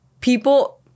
people